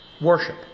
Worship